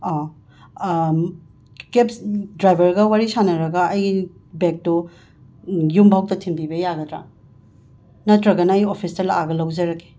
ꯑꯣ ꯀꯦꯞ ꯗ꯭ꯔꯥꯏꯕꯔꯒ ꯋꯥꯔꯤ ꯁꯥꯟꯅꯔꯒ ꯑꯩꯒꯤ ꯕꯦꯛꯇꯨ ꯌꯨꯝꯐꯥꯎꯗ ꯊꯤꯟꯕꯤꯕ ꯌꯥꯒꯗ꯭ꯔꯥ ꯅꯠꯇ꯭ꯔꯒꯅ ꯑꯩ ꯑꯣꯐꯤꯁꯇ ꯂꯥꯛꯑꯒ ꯂꯧꯖꯔꯒꯦ